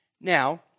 Now